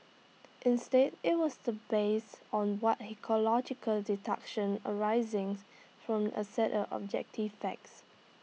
instead IT was based on what he called logical deduction arisings from A set of objective facts